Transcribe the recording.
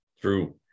True